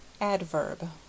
adverb